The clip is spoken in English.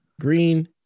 Green